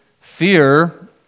Fear